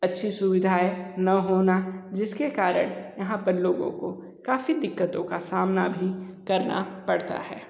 अच्छी सुविधाएं ना होना जिसके कारण यहाँ पर लोगों को काफ़ी दिक्कतों का सामना भी करना पड़ता है